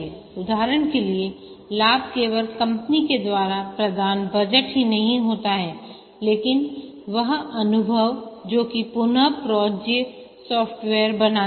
उदाहरण के लिए लाभ केवल कंपनी के द्वारा प्रदान बजट ही नहीं होता है लेकिन वह अनुभव जोकि पुन प्रयोज्य सॉफ्टवेयर बनाता है